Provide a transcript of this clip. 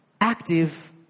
active